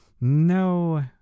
no